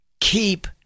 keep